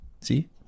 see